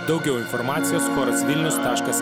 daugiau informacijos choras vilnius taškas